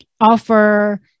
offer